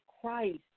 Christ